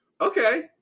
okay